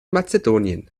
mazedonien